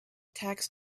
tax